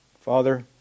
Father